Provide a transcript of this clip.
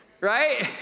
Right